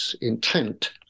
intent